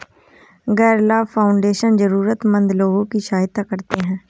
गैर लाभ फाउंडेशन जरूरतमन्द लोगों की सहायता करते हैं